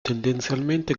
tendenzialmente